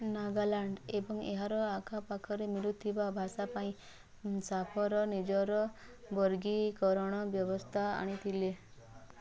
ନାଗାଲାଣ୍ଡ ଏବଂ ଏହାର ଆଖପାଖରେ ମିଳୁଥିବା ଭାଷା ପାଇଁ ଜାଫର ନିଜର ବର୍ଗୀକରଣ ବ୍ୟବସ୍ଥା ଆଣିଥିଲେ